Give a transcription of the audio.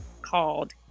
called